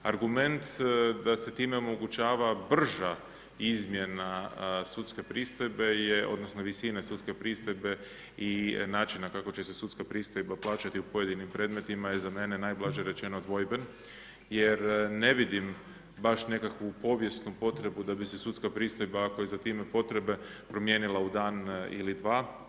Argument da se time omogućava brža izmjena sudske pristojbe odnosno, visina sudske pristojbe i načina kako će se sudska pristojba plaćati u pojedinim predmetima, je za mene najblaže rečeno dvojben, jer ne vidim baš nekakvu povijesnu potrebu, da bi se sudska pristojba, ako je za time potrebe promijenila u dan ili dva.